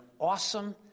awesome